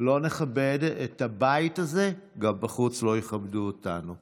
לא נכבד את הבית הזה, גם בחוץ לא יכבדו אותנו.